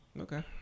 okay